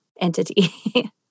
entity